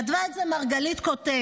כתבה את זה מרגלית קוטב: